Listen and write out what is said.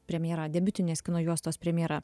premjera debiutinės kino juostos premjera